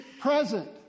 present